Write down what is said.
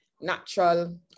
natural